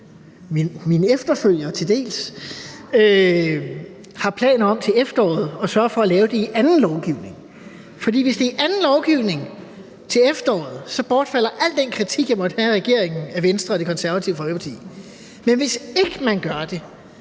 min efterfølger til dels – har planer om til efteråret at sørge for at lave det i form af anden lovgivning. For hvis det er i form af anden lovgivning til efteråret, bortfalder al den kritik, jeg måtte have af regeringen, af Venstre og Det Konservative Folkeparti. Men hvis ikke man gør det,